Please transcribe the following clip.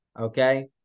Okay